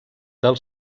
del